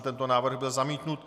Tento návrh byl zamítnut.